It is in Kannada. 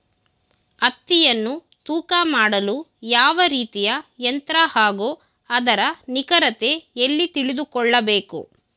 ಹತ್ತಿಯನ್ನು ತೂಕ ಮಾಡಲು ಯಾವ ರೀತಿಯ ಯಂತ್ರ ಹಾಗೂ ಅದರ ನಿಖರತೆ ಎಲ್ಲಿ ತಿಳಿದುಕೊಳ್ಳಬೇಕು?